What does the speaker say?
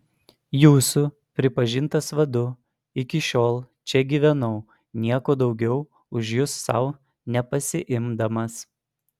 jūsų pripažintas vadu iki šiol čia gyvenau nieko daugiau už jus sau nepasiimdamas